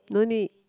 no need